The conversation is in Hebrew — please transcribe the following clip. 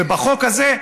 ובחוק הזה,